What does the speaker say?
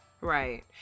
Right